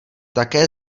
také